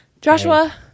joshua